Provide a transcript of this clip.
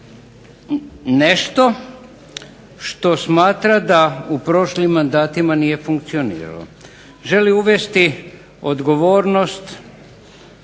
nešto što smatra da u prošlim mandatima nije funkcioniralo. Želi uvesti odgovornost